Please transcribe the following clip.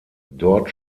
dort